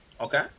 okay